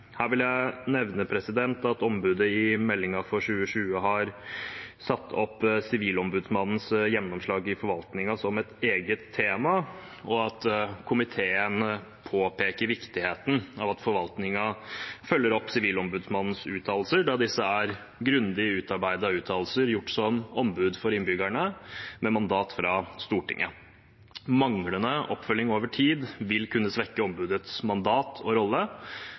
Her vil jeg nevne at ombudet i meldingen for 2020 har satt opp Sivilombudsmannens gjennomslag i forvaltningen som et eget tema, og at komiteen påpeker viktigheten av at forvaltningen følger opp Sivilombudsmannens uttalelser, da disse er grundig utarbeidede uttalelser gjort som ombud for innbyggerne med mandat fra Stortinget. Manglende oppfølging over tid vil kunne svekke ombudets mandat og rolle,